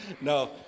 No